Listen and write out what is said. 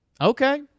Okay